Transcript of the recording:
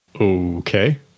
okay